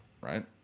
right